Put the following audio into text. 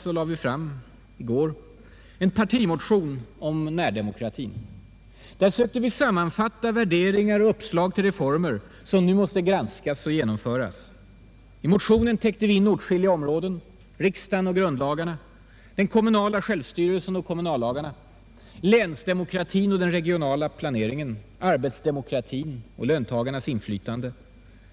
I går lade vi fram en partimotion om närdemokratin. Där sökte vi sammanfatta värderingar och uppslag till reformer som nu måste granskas och genomföras. I motionen täckte vi in åtskilliga områden: riksdagen och grundlagarna, den kommunala självstyrelsen och kommunallagarna, länsdemokratin och den regionala planeringen, arbetsdemokratin och löntagarnas inflytande,